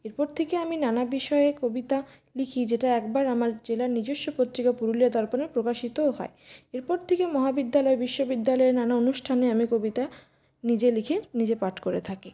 এরপর থেকে আমি নানা বিষয়ে কবিতা লিখি যেটা একবার আমার জেলার নিজস্ব পত্রিকা পুরুলিয়া দর্পণে প্রকাশিতও হয় এরপর থেকে মহাবিদ্যালয় বিশ্ববিদ্যালয় নানা অনুষ্ঠানে আমি কবিতা নিজে লিখে নিজে পাঠ করে থাকি